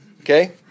okay